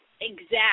exact